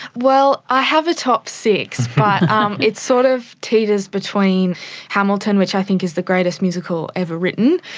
well, i have a top six but um it sort of teeters between hamilton, which i think is the greatest musical ever written,